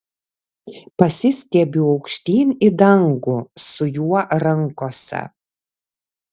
pasistiebiu aukštyn į dangų su juo rankose